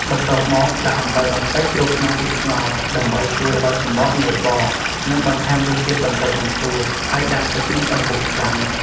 បន្ទាប់មកដាក់អំបិលបន្តិចចូលក្នុងទឹកស្ងោរ ដើម្បីជួយឱ្យសំបកងាយបក និងបន្ថែមរសជាតិបន្តិចបន្ទួច ហើយដាំទឹកនោះឱ្យពុះខ្លាំង។